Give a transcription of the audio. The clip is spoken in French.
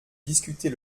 discuter